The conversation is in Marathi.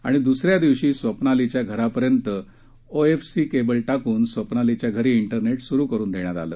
आणि दुसऱ्यादिवशी स्वप्नालीच्या घरापर्यंत ओएफसी केबल टाकून स्वप्नालीच्या घरी तेरनेट सुरु करून देण्यात आलं